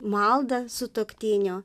maldą sutuoktinio